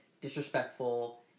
disrespectful